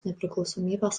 nepriklausomybės